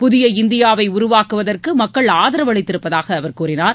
புதிய இந்தியாவை உருவாக்குவதற்கு மக்கள் ஆதரவு அளித்திருப்பதாக அவர் கூறினார்